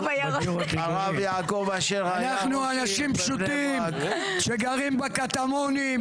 --- אנחנו אנשים פשוטים שגרים בקטמונים.